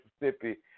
Mississippi